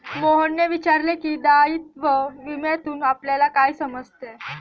मोहनने विचारले की, दायित्व विम्यातून आपल्याला काय समजते?